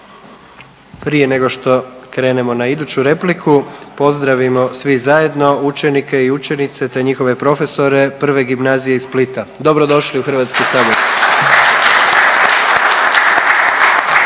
Prije nego što krenemo na iduću repliku, pozdravimo svi zajedno učenike i učenice te njihove profesore Prve gimnazije iz Splita. Dobrodošli u HS. /Pljesak./